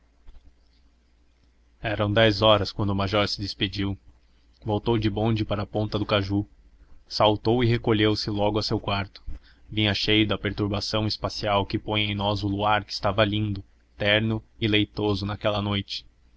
eram dez horas quando o major se despediu voltou de bonde para a ponta do caju saltou e recolheu-se logo a seu quarto vinha cheio da perturbação especial que põe em nós o luar que estava lindo terno e leitoso naquela noite